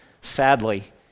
Sadly